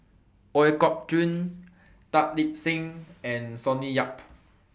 Ooi Kok Chuen Tan Lip Seng and Sonny Yap